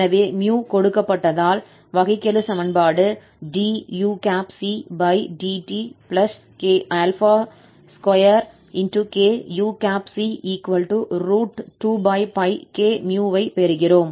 எனவே 𝜇 கொடுக்கப்பட்டதால் வகைக்கெழு சமன்பாடு ducdt k2uc 2kμ ஐ பெறுகிறோம்